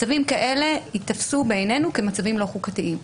מצבים כאלה ייתפסו בעינינו כמצבים לא חוקתיים.